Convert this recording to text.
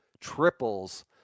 triples